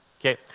Okay